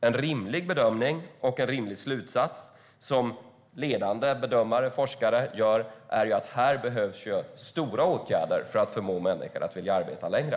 En rimlig bedömning och en rimlig slutsats, som ledande bedömare och forskare gör, är att det behövs stora åtgärder för att förmå människor att vilja arbeta längre.